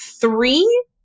Three